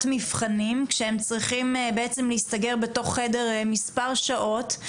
מבחנים כשהם צריכים בעצם להסתגר בתוך חדר מספר שעות.